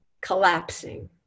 collapsing